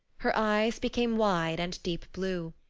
her eyes became wide and deep blue.